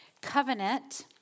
covenant